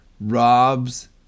robs